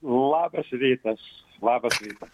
labas rytas labas rytas